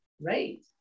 Right